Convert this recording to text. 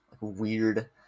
weird